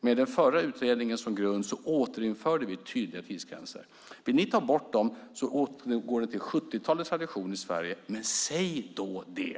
Med den förra utredningen som grund återinförde vi tydliga tidsgränser. Vill ni ta bort dem återgår det till 70-talets tradition i Sverige. Men säg då det!